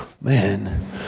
man